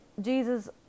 Jesus